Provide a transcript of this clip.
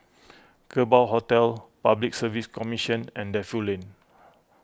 Kerbau Hotel Public Service Commission and Defu Lane